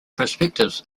perspectives